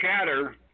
chatter